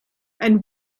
and